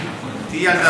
תהיי ילדה טובה.